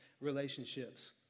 relationships